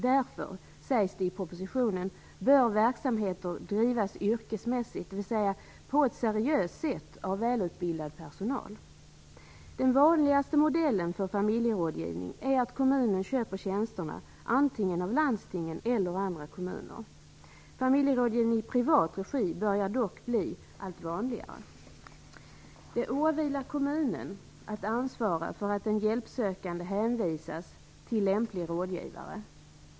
Därför, sägs det i propositionen, bör verksamheter drivas yrkesmässigt, dvs. på ett seriöst sätt av välutbildad personal. Den vanligaste modellen för familjerådgivning är att kommunen köper tjänsterna antingen av landstingen eller av andra kommuner. Familjerådgivning i privat regi börjar dock bli allt vanligare. Det åvilar kommunen att ansvara för att den hjälpsökande hänvisas till lämplig rådgivare.